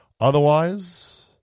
Otherwise